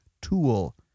tool